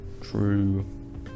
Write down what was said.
True